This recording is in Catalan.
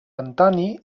antoni